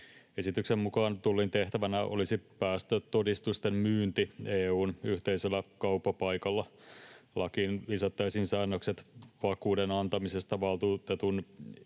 Esityksen mukaan Tullin tehtävänä olisi päästötodistusten myynti EU:n yhteisellä kauppapaikalla. Lakiin lisättäisiin säännökset vakuuden antamisesta valtuutetun